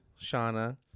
Shauna